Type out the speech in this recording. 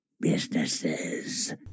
Businesses